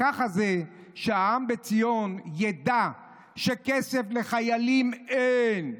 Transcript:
ככה זה, והעם בציון ידע שכסף לחיילים אין,